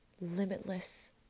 limitless